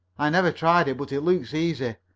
i never tried it, but it looks easy,